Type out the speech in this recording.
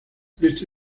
este